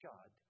God